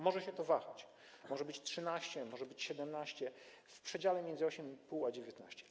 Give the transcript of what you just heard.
Może się to wahać, może być 13, może być 17, w przedziale między 8,5 a 19.